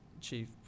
chief